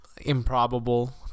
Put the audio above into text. improbable